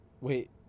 Wait